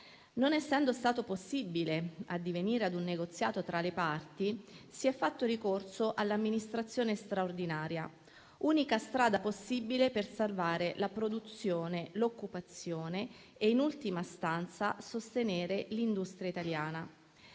Non essendo stato possibile addivenire ad un negoziato tra le parti, si è fatto ricorso all'amministrazione straordinaria, unica strada possibile per salvare la produzione, l'occupazione e, in ultima istanza, sostenere l'industria italiana.